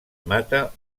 mata